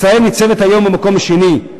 ישראל ניצבת היום במקום השני,